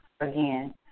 again